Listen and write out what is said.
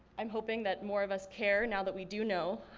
i'm hoping that more of us care now that we do know.